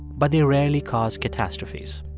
but they rarely cause catastrophes.